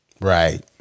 Right